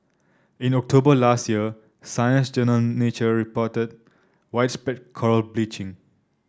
in October last year Science Journal Nature reported widespread coral bleaching